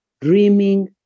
dreaming